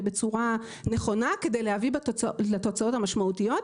בצורה נכונה כדי להביא לתוצאות המשמעותיות.